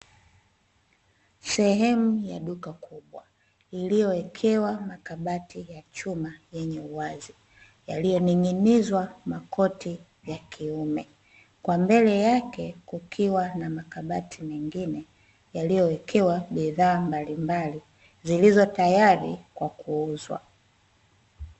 Sehemu ya duka kubwa iliyowekewa makabati ya chuma yenye uwazi, yaliyoning'inizwa makoti ya kiume. Kwa mbele yake kukiwa na makabati mengine yaliyowekewa bidhaa mbalimbali zilizo tayari kwa kuuzwa.